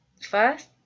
first